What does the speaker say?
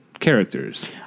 Characters